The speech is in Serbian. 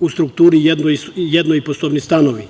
u strukturi jednoiposobni stanovi.